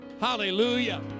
hallelujah